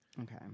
Okay